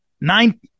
nine